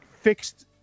fixed